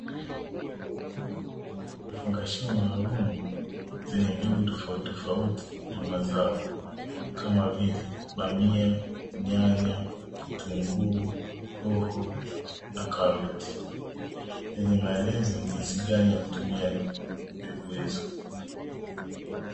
Vifungashio maalum vyenye mbegu tofautitofauti ya mazao kama vile bamia, nyanya, kitunguu, hoho na karoti yenye maelezo ni njinsi gani ya kutumia mbegu hizo.